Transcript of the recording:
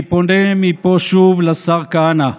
אני פונה מפה שוב לשר כהנא: